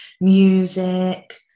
music